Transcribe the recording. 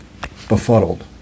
befuddled